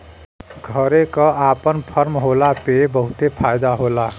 घरे क आपन फर्म होला पे बहुते फायदा होला